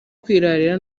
kwirarira